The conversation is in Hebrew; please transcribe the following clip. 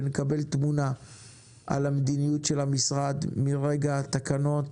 ונקבל תמונה על המדיניות של המשרד מרגע קבלת התקנות,